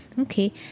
Okay